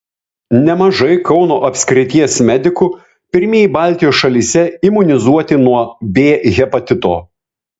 nemažai kauno apskrities medikų pirmieji baltijos šalyse imunizuoti nuo b hepatito